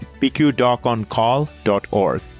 pqdoconcall.org